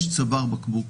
יש צוואר בקבוק